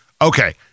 okay